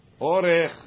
Orech